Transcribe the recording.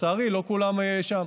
לצערי לא כולם שם.